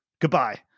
Goodbye